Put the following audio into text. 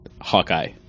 Hawkeye